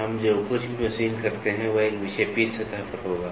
तो अब हम जो कुछ भी मशीन करते हैं वह एक विक्षेपित सतह पर होगा